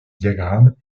diagramme